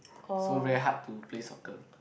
so very hard to play soccer